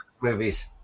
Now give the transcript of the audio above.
movies